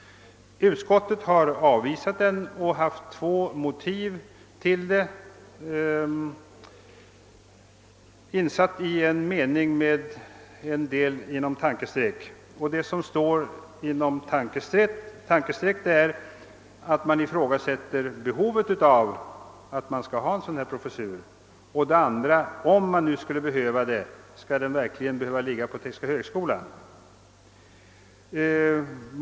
Utskottet har styrkt yrkandet med angivande av två motiv. Man ifrågasätter för det första i en mellan tankstreck inskjuten sats behovet av en sådan professur som den begärda. Man undrar för det andra huruvida denna professur, om den nu skulle vara erforderlig, verkligen bör knytas till teknisk högskola.